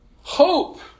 Hope